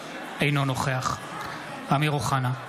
אינו נוכח אמיר אוחנה,